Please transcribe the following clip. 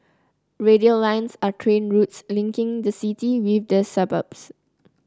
radial lines are train routes linking the city with the suburbs